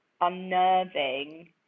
unnerving